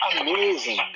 Amazing